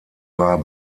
war